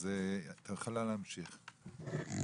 אז את יכולה להמשיך.